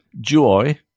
joy